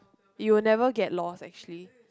you will never get lost actually